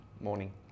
Morning